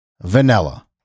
vanilla